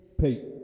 Pete